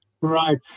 Right